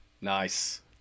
nice